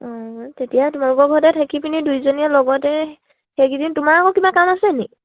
অঁ তেতিয়া তোমালোকৰ ঘৰতে থাকি পিনি দুইজনীয়ে লগতে সেইকিদিন তোমাৰ আকৌ কিবা কাম আছে নি